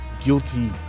guilty